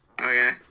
Okay